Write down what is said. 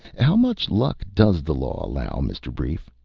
how much luck does the law allow, mr. brief?